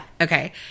okay